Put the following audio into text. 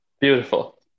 Beautiful